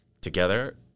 together